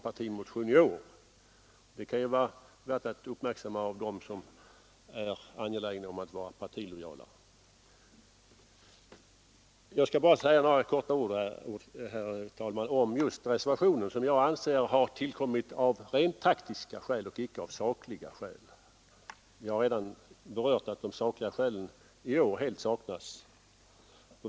Detta kan ju vara värt att uppmärksamma av dem som är angelägna om att vara partilojala. Jag skall bara helt kortfattat säga några ord, herr talman, om reservationen, som jag anser har tillkommit av rent taktiska skäl och inte av sakliga skäl. Jag har redan berört det förhållandet att de sakliga skälen i år helt saknas.